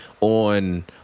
on